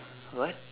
what